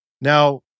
Now